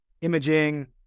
Imaging